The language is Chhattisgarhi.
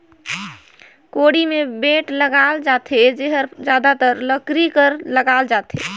कोड़ी मे बेठ लगाल जाथे जेहर जादातर लकरी कर लगाल जाथे